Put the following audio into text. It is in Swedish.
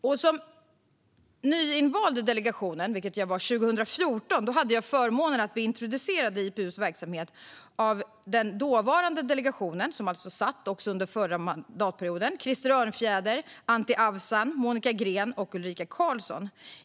År 2014 hade jag som nyinvald i delegationen förmånen att bli introducerad i IPU:s verksamhet av de dåvarande delegationsledamöterna Krister Örnfjäder, Anti Avsan, Monica Green och Ulrika Karlsson.